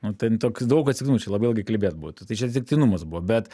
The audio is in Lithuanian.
nu ten toks daug atsitiktinumų čia labai ilgai kalbėt būtų tai čia atsitiktinumas buvo bet